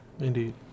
Indeed